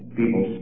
people